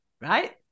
right